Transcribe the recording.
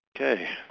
Okay